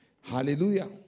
Hallelujah